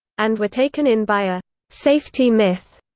and were taken in by a safety myth.